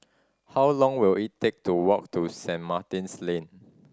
how long will it take to walk to Saint Martin's Lane